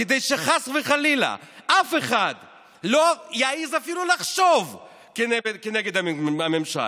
כדי שחס וחלילה אף אחד לא יעז אפילו לחשוב כנגד הממשל.